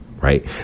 Right